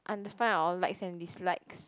under~ find our likes and dislikes